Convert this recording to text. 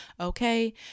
Okay